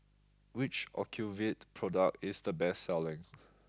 which Ocuvite product is the best selling